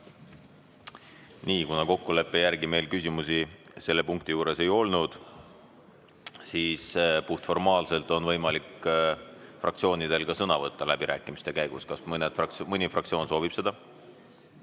Aitäh! Kuna kokkuleppe järgi meil küsimusi selle punkti juures ei olnud, siis puhtformaalselt on fraktsioonidel võimalik sõna võtta läbirääkimiste käigus. Kas mõni fraktsioon soovib seda?